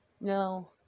No